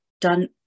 done